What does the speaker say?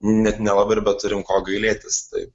net nelabai ir beturim ko gailėtis tai